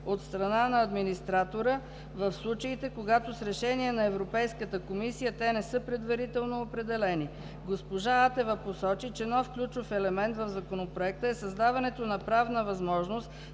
от страна на администратора в случаите, когато с решение на Европейската комисия те не са предварително определени. Госпожа Атева посочи, че нов ключов елемент в Законопроекта е създаването на правна възможност